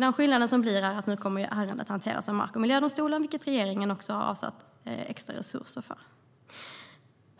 Den skillnad som blir är alltså att ärendena nu kommer att hanteras av mark och miljödomstolen, vilket regeringen har avsatt extra resurser för.